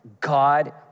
God